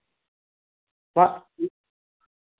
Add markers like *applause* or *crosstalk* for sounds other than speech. *unintelligible*